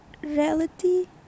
Reality